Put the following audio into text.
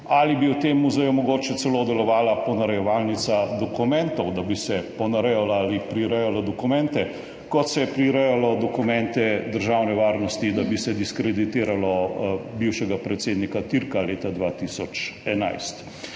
Ali bi v tem muzeju mogoče celo delovala ponarejevalnica dokumentov, da bi se ponarejalo ali prirejala dokumente, kot se je prirejalo dokumente državne varnosti, da bi se diskreditiralo bivšega predsednika Türka leta 2011?